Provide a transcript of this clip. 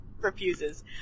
refuses